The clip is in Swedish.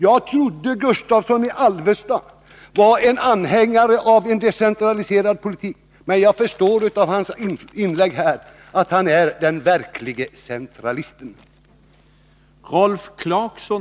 Jag trodde att Rune Gustavsson från Alvesta var en anhängare av en decentraliserad politik, men jag förstår av hans inlägg här att han är den verklige centralisten.